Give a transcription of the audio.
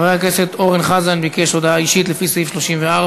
חבר הכנסת אורן חזן ביקש הודעה אישית לפי סעיף 34,